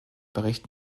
bericht